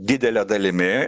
didele dalimi